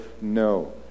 no